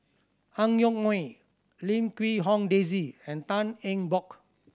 Ang Yoke Mooi Lim Quee Hong Daisy and Tan Eng Bock